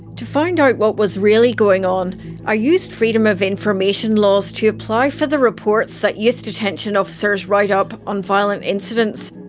to find out what was really going on i used freedom of information laws to apply for the reports that youth detention officers write up on violent incidents.